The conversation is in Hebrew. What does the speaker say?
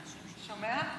שומע?